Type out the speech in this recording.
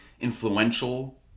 influential